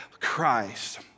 Christ